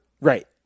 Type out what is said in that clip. Right